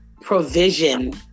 provision